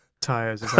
Tires